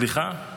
סליחה,